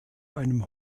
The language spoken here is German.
einem